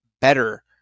better